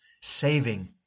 saving